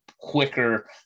quicker